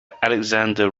alexander